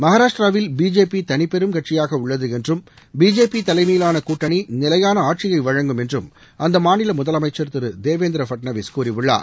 மகாராஷ்டிராவில் பிஜேபி தனிப்பெரும் கட்சியாக உள்ளது என்றும் பிஜேபி தலைமையிலான கூட்டணி நிலையான ஆட்சியை வழங்கும் என்றும் அந்த மாநில முதலனமச்சர் திரு தேவேந்திர ஃபட்னவிஸ் கூறியுள்ளார்